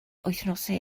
wythnosau